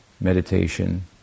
meditation